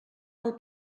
pel